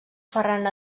ferran